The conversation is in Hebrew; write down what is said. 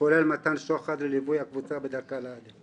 כולל מתן שוחד לליווי הקבוצה בדרכה לעדן.